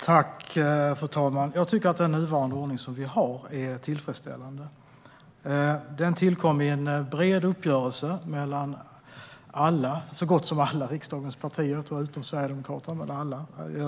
Fru talman! Jag tycker att nuvarande ordning är tillfredsställande. Den tillkom för några år sedan i en bred grundlagsuppgörelse mellan alla riksdagens partier utom Sverigedemokraterna.